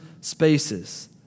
spaces